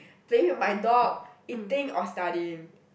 playing with my dog eating or studying